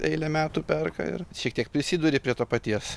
eilę metų perka ir šiek tiek prisiduri prie to paties